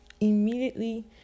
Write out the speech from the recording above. immediately